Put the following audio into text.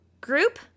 group